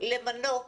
למנות